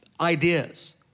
ideas